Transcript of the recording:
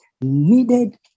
needed